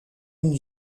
une